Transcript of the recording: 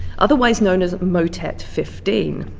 otherwise known as motet fifteen.